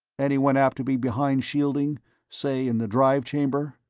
anyone apt to be behind shielding say, in the drive chamber?